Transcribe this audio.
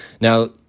Now